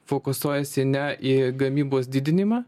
fokusuojasi ne į gamybos didinimą